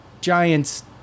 Giants